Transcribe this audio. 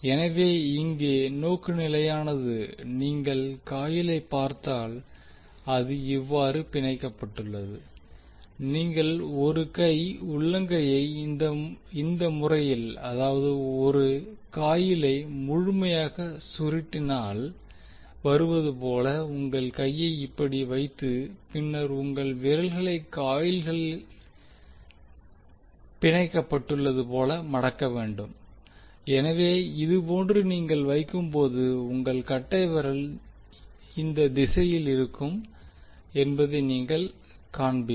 எனவே இங்கே நோக்குநிலையானது நீங்கள் இந்த காயிலை பார்த்தால் அது இவ்வாறு பிணைக்கப்பட்டுள்ளது நீங்கள் ஒரு கை உள்ளங்கையை இந்தமுறையில் அதாவது ஒரு காயிலை முழுமையாக சுருட்டினால் வருவது போல உங்கள் கையை இப்படி வைத்து பின்னர் உங்கள் விரல்களை காயில்கள் பிணைக்கப்பட்டள்ளது போல மடக்க வேண்டும் எனவே இது போன்று நீங்கள் வைக்கும்போது உங்கள் கட்டைவிரல் இந்த திசையில் இருக்கும் என்பதை நீங்கள் காண்பீர்கள்